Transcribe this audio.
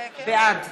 בעד